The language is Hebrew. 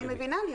אני מבינה.